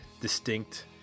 distinct